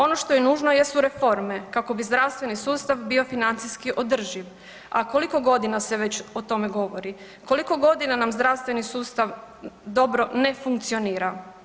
Ono što je nužno jesu reforme kako bi zdravstveni sustav bio financijski održiv, a koliko godina se već o tome govori, koliko godina nam zdravstveni sustav dobro ne funkcionira.